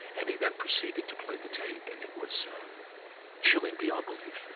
and he then proceeded to play the tape, and it was chilling beyond belief.